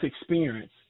experience